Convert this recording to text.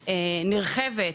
נרחבת,